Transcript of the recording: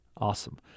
Awesome